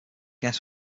guests